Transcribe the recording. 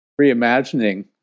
reimagining